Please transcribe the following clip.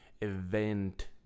event